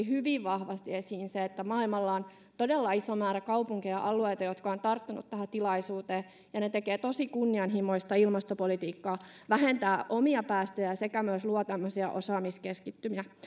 hyvin vahvasti esiin se että maailmalla on todella iso määrä kaupunkeja ja alueita jotka ovat tarttuneet tähän tilaisuuteen ja ne tekevät tosi kunnianhimoista ilmastopolitiikkaa vähentävät omia päästöjään sekä myös luovat tämmöisiä osaamiskeskittymiä